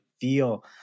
feel